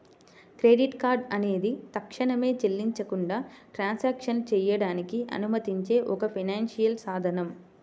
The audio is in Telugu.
క్రెడిట్ కార్డ్ అనేది తక్షణమే చెల్లించకుండా ట్రాన్సాక్షన్లు చేయడానికి అనుమతించే ఒక ఫైనాన్షియల్ సాధనం